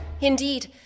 Indeed